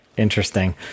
Interesting